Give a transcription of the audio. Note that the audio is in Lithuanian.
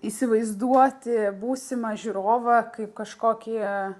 įsivaizduoti būsimą žiūrovą kaip kažkokį